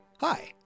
Hi